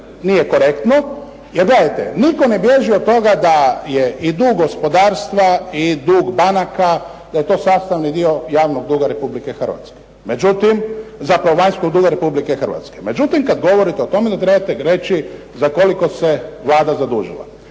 nije korektno. Jer gledajte, nitko ne bježi od toga da je i dug gospodarstva i dug banaka da je to sastavni dio vanjskog duga Republike Hrvatske. Međutim, kada govorite o tome onda trebate reći za koliko se Vlada zadužila.